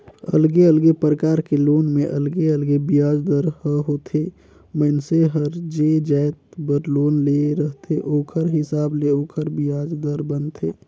अलगे अलगे परकार के लोन में अलगे अलगे बियाज दर ह होथे, मइनसे हर जे जाएत बर लोन ले रहथे ओखर हिसाब ले ओखर बियाज दर बनथे